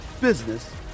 business